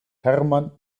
hermann